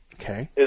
Okay